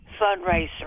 fundraiser